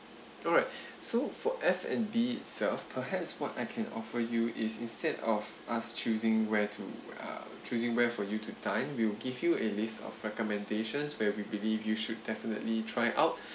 alright so for F&B itself perhaps what I can offer you is instead of us choosing where to choosing where for you to dine we'll give you a list of recommendations where we believe you should definitely try out